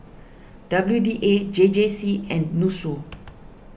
W D A J J C and Nussu